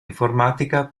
informatica